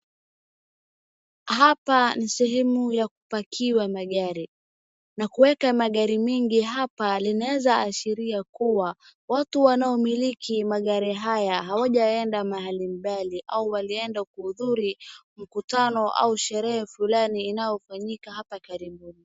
Hapa ni sehemu ya kupakiwa magari, na kuweka magari mingi hapa linaeza ashiria kua, watu wanaomiliki magari haya hawajaenda mahali mbali au walienda kuudhuri mkutano au sherehe fulani inayofanyika hapa karibu.